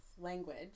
language